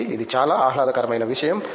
కాబట్టి ఇది చాలా ఆహ్లాదకరమైన విషయం